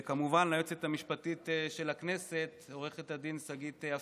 וכמובן ליועצת המשפטית של הכנסת עו"ד שגית אפיק,